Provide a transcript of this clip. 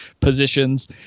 positions